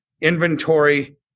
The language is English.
inventory